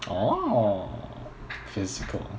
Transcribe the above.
orh physical